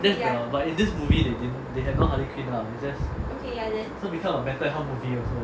that's the but in this movie they didn't they have no harley quinn also so become a mental health movie also